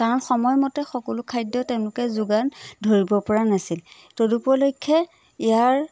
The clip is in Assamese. কাৰণ সময়মতে সকলো খাদ্য তেওঁলোকে যোগান ধৰিব পৰা নাছিল তদুপলক্ষ্য ইয়াৰ